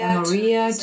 Maria